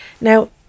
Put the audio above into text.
Now